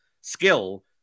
skill